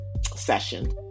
session